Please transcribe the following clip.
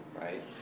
right